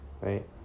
Right